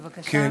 בבקשה.